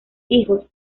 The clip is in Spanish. hijos